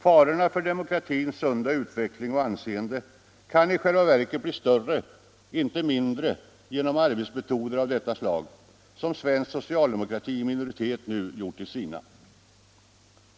Farorna för demokratins sunda utveckling och anseende kan i själva verket ——-— bli större inte mindre, genom arbetsmetoder av det slag som svensk socialdemokrati i minoritet nu tvingas göra till sina.